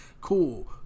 Cool